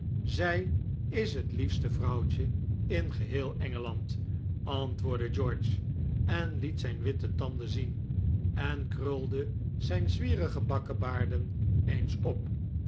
zij is het liefste vrouwtje in geheel engeland antwoordde george en liet zijn witte tanden zien en krulde zijn zwierige bakkebaarden eens op